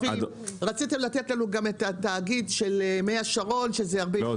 רצית לתת לנו גם את התאגיד של מי השרון שזה -- לא,